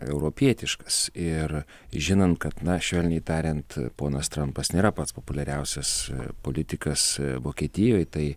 europietiškas ir žinant kad na švelniai tariant ponas trampas nėra pats populiariausias politikas vokietijoj tai